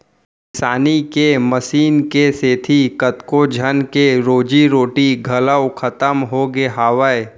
किसानी के मसीन के सेती कतको झन के रोजी रोटी घलौ खतम होगे हावय